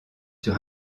sur